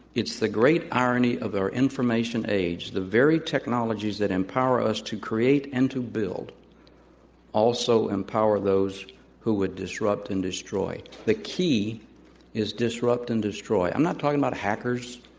it's the great irony of our information age, the very technologies that empower us to create and to build also empower those who would disrupt and destroy. the key is disrupt and destroy. i'm not talking about hackers.